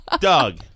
Doug